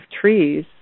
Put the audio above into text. trees